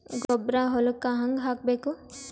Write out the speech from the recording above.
ಗೊಬ್ಬರ ಹೊಲಕ್ಕ ಹಂಗ್ ಹಾಕಬೇಕು?